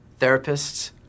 Therapists